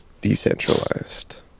decentralized